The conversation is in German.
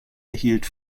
erhielt